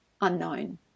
unknown